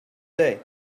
day